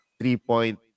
three-point